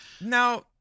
Now